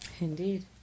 Indeed